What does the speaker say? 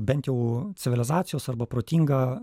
bent jau civilizacijos arba protinga